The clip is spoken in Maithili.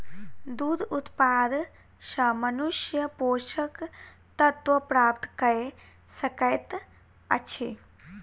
दूध उत्पाद सॅ मनुष्य पोषक तत्व प्राप्त कय सकैत अछि